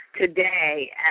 today